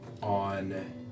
on